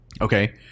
Okay